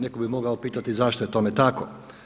Neko bi mogao pitati zašto je tome tako?